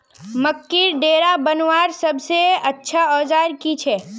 मकईर डेरा बनवार सबसे अच्छा औजार की छे?